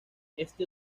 este